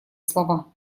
слова